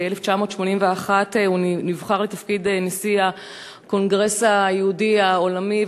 ב-1981 הוא נבחר לתפקיד נשיא הקונגרס היהודי העולמי,